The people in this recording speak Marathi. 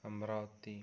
अमरावती